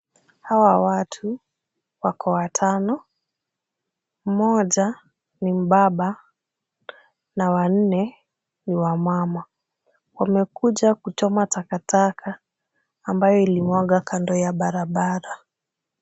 Hawa watu wako watano, mmoja ni mbaba na wanne ni wamama. Wamekuja kuchoma takataka ambayo ilimwagwa kando ya barabara.